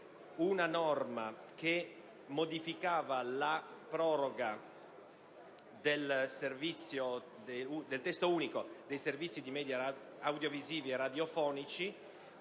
una norma tesa a modificare la proroga del Testo unico dei servizi di *media* audiovisivi e radiofonici,